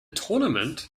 tournament